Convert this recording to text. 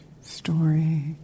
story